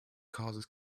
causes